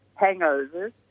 hangovers